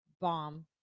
Bomb